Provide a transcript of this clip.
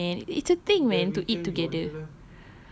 ya man it's a thing man to eat together